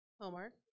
Homework